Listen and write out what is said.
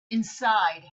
inside